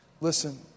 Listen